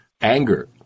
anger